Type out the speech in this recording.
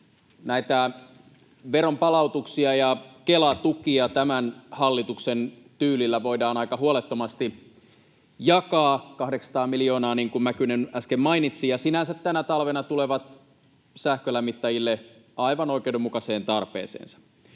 Näitä veronpalautuksia ja Kela-tukia tämän hallituksen tyylillä voidaan aika huolettomasti jakaa — 800 miljoonaa niin kuin Mäkynen äsken mainitsi — ja sinänsä tänä talvena ne tulevat sähkölämmittäjille aivan oikeudenmukaiseen tarpeeseen.